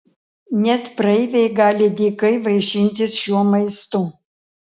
net praeiviai gali dykai vaišintis šiuo maistu